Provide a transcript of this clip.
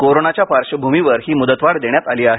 कोरोनाच्या पार्श्वभूमीवर ही मुदतवाढ देण्यात आली आहे